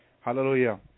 Hallelujah